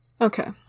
Okay